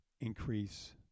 Increase